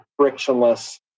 frictionless